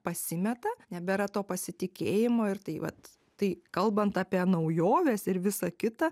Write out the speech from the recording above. pasimeta nebėra to pasitikėjimo ir tai vat tai kalbant apie naujoves ir visa kita